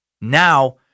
Now